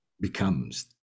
becomes